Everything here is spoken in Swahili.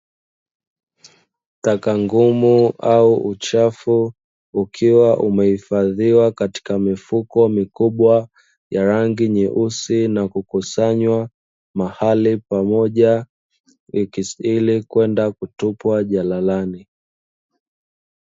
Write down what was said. Taka ngumu au uchafu ukiwa umehifadhiwa katika mifuko mikubwa ya rangi nyeusi na kukusanywa mahali pamoja wiki ili kwenda kutupwa jalalani.